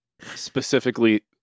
specifically